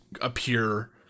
appear